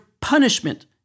punishment